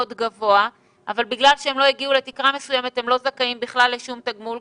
גבוה ושבגלל שהם לא הגיעו לתקרה מסוימת הם לא זכאים בכלל לשום תגמול.